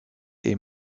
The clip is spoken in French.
est